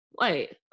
Wait